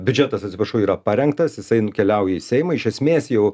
biudžetas atsiprašau yra parengtas jisai nukeliauja į seimą iš esmės jau